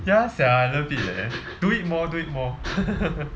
ya sia I love it leh do it more do it more